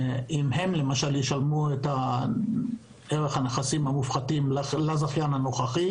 האם הם ישלמו את ערך הנכסים המופחתים לזכיין הנוכחי